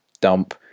dump